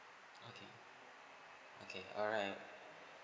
okay okay alright